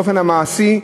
באופן המעשי,